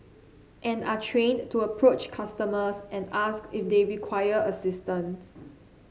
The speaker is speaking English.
and are trained to approach customers and ask if they require assistance